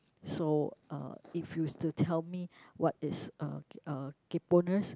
so uh if you were to tell me what is uh uh kayponess